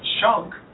chunk